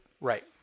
Right